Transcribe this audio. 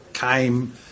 Came